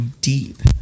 deep